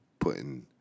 putting